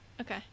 Okay